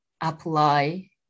apply